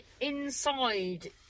inside